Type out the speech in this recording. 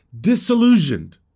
disillusioned